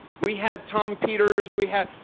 we had tom peters. we had,